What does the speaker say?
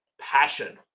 passion